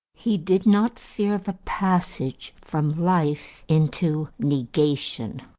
he did not fear the passage from life into negation.